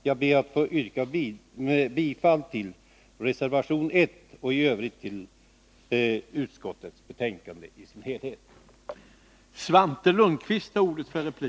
Jag ber att få yrka bifall till reservation 1 och i övrigt till. Nr 107